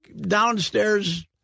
downstairs